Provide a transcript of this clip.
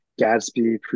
Gatsby